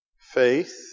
faith